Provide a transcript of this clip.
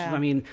i mean,